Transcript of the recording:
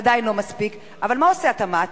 זה עדיין לא מספיק, אבל מה עושה התמ"ת?